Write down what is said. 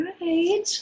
right